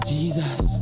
Jesus